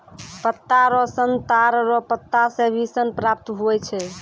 पत्ता रो सन ताड़ रो पत्ता से भी सन प्राप्त हुवै छै